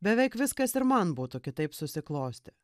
beveik viskas ir man būtų kitaip susiklostę